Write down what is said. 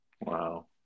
Wow